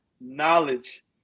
knowledge